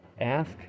ask